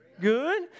Good